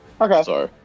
Okay